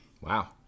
Wow